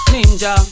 Ninja